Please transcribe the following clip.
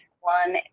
one